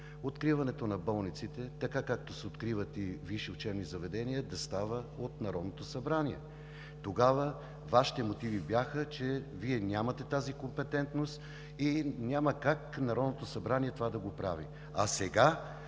откриването на болниците, както се откриват и висши учебни заведения, да става от Народното събрание. Тогава Вашите мотиви бяха, че нямате тази компетентност и няма как Народното събрание това да го прави. А сега